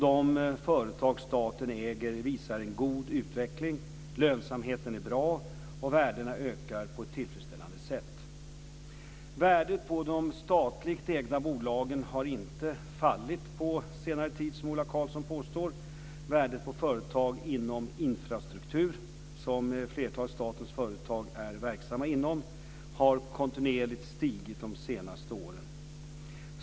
De företag staten äger visar en god utveckling, lönsamheten är bra och värdena ökar på ett tillfredsställande sätt. Värdet på de statligt ägda bolagen har inte fallit på senare tid, som Ola Karlsson påstår. Värdet på företag inom infrastruktur - som flertalet av statens företag är verksamma inom - har kontinuerligt stigit de senaste åren.